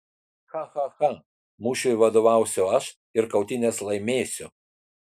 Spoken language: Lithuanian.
cha cha cha mūšiui vadovausiu aš ir kautynes laimėsiu